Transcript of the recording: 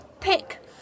Pick